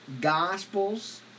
gospels